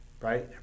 right